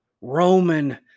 Roman